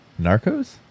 Narcos